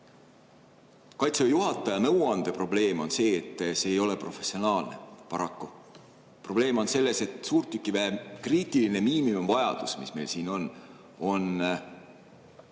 Kaitseväe juhataja nõuande probleem on see, et see ei ole professionaalne, paraku. Probleem on selles, et suurtükiväe kriitiline miinimumvajadus, mis meil siin on, on